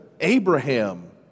Abraham